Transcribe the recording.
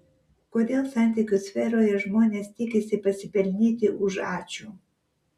kodėl santykių sferoje žmonės tikisi pasipelnyti už ačiū